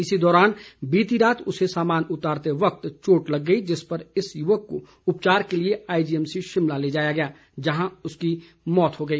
इसी दौरान बीती रात उसे सामान उतारते वक्त चोट लग गई जिस पर इस युवक को उपचार के लिए आईजीएमसी शिमला ले जाया गया जहां इसकी मौत हो गई